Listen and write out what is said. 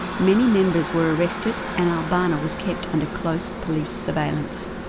many members were arrested an al-banna was kept under close police surveillance.